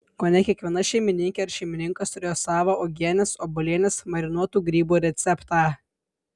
kone kiekviena šeimininkė ar šeimininkas turėjo savą uogienės obuolienės marinuotų grybų receptą